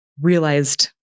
realized